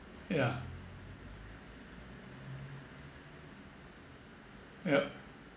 yeah yup